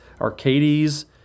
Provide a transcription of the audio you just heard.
Arcades